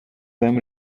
them